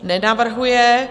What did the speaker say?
Nenavrhuje.